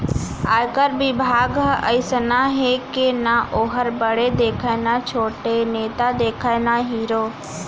आयकर बिभाग ह अइसना हे के ना वोहर बड़े देखय न छोटे, नेता देखय न हीरो